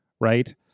right